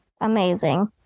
Amazing